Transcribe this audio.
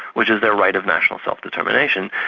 which is their right of national self-determination,